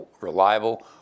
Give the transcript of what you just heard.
reliable